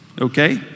Okay